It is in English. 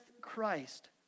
Christ